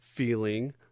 feeling